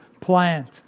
plant